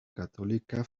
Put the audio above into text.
católica